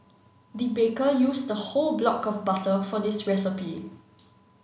the baker used a whole block of butter for this recipe